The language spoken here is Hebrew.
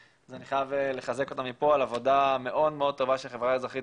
אז אני חייב לחזק אותם מפה על עבודה מאוד מאוד טובה של חברה אזרחית